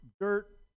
dirt